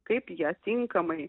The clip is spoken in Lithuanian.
kaip ją tinkamai